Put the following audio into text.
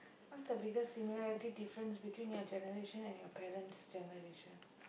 what's the biggest similarity difference between your generation and your parents' generation